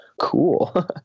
cool